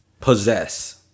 possess